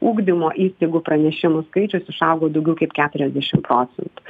ugdymo įstaigų pranešimų skaičius išaugo daugiau kaip keturiasdešim procentų